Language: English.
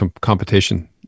competition